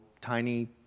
tiny